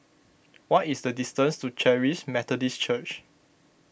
what is the distance to Charis Methodist Church